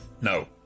No